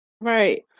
Right